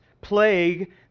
plague